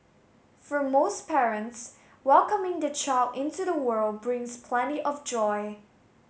for most parents welcoming their child into the world brings plenty of joy